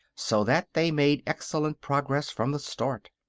so that they made excellent progress from the start.